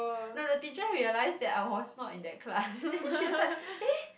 no the teacher realised that I was not in that class then she was like eh